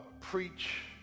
preach